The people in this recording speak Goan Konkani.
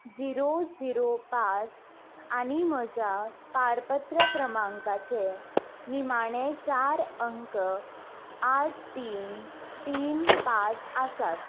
झिरो झिरो पांच आनी म्हज्या पारपत्र क्रमांकाचे निमाणे चार अंक आठ तीन तीन पांच आसात